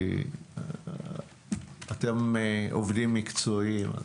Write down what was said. אתם עובדים מקצועיים.